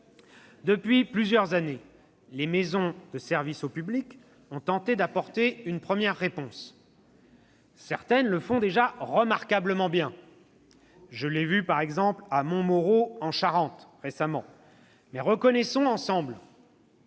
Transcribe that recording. Depuis plusieurs années, les maisons de services au public ont tenté d'apporter une première réponse. Certaines le font déjà remarquablement. Je l'ai vu à Montmoreau, en Charente. Mais reconnaissons ensemble